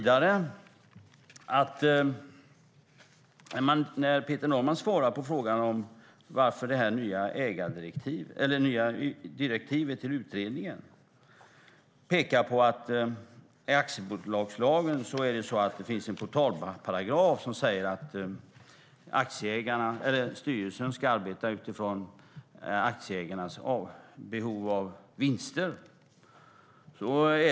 Det här nya direktivet till utredningen pekar på att det i aktiebolagslagen finns en portalparagraf som säger att styrelsen ska arbeta utifrån aktieägarnas behov av vinster.